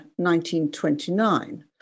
1929